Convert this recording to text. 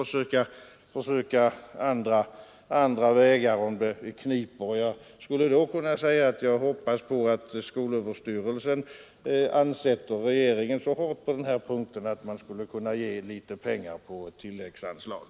Herr Wiklund sade att om det kniper får man försöka andra vägar, och då hoppas jag att skolöverstyrelsen ansätter regeringen så hårt på denna punkt att den ger litet pengar på tilläggsanslag.